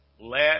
let